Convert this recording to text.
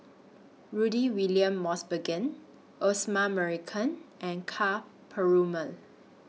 Rudy William Mosbergen Osman Merican and Ka Perumal